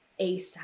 ASAP